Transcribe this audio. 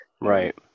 Right